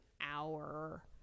hour